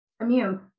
immune